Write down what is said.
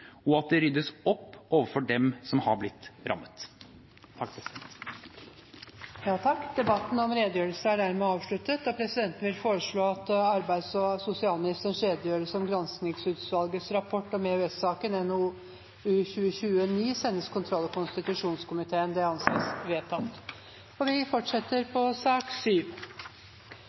og at det ryddes opp overfor dem som har blitt rammet. Debatten om redegjørelsen er dermed avsluttet, og presidenten vil foreslå at arbeids- og sosialministerens redegjørelse om granskingsutvalgets rapport om EØS-saken, NOU 2020: 9, sendes kontroll- og konstitusjonskomiteen. – Det anses vedtatt. Etter ønske fra kommunal- og